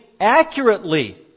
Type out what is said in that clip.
accurately